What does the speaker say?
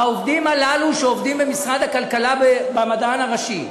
העובדים הללו שעובדים במשרד הכלכלה אצל המדען הראשי,